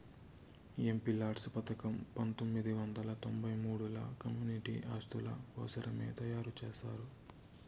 MPLADS పథకం పంతొమ్మిది వందల తొంబై మూడుల కమ్యూనిటీ ఆస్తుల కోసరమే తయారు చేశారు